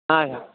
اچھا